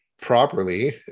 properly